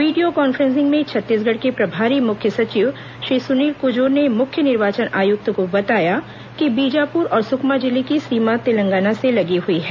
वीडियों conferencing में छत्तीसगढ़ के प्रभारी मुख्य सचिव श्री सुनील कुजूर ने मुख्य निर्वाचन आयुक्त को बताया कि बीजापुर और सुकमा जिले की सीमा तेलंगाना से लगी हई है